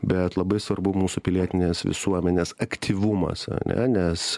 bet labai svarbu mūsų pilietinės visuomenės aktyvumas ane nes